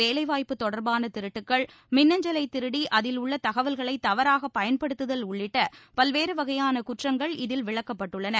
வேலைவாய்ப்பு தொடர்பான திருட்டுக்கள் மின்னஞ்சலை திருடி அதில் உள்ள தகவல்களை தவறாக பயன்படுத்துதல் உள்ளிட்ட பல்வேறு வகையான குற்றங்கள் இதில் விளக்கப்பட்டுள்ளன